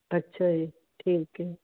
ਅੱਛਾ ਜੀ ਠੀਕ ਹੈ